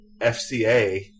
FCA